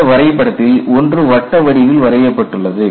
இந்த வரைபடத்தில் ஒன்று வட்டவடிவில் வரையப்பட்டுள்ளது